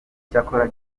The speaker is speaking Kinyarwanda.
cyakora